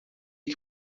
que